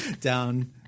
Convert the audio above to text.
down